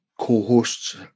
co-hosts